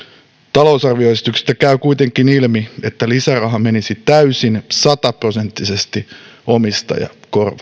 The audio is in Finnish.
talousarvioesityksestä käy kuitenkin ilmi että lisäraha menisi täysin sataprosenttisesti omistajakorvauksiin